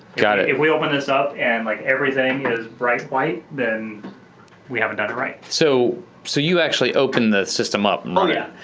got it. if we open this up and like everything is bright white, then we haven't done it right. so so you actually open the system up. oh yeah.